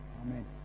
Amen